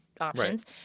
options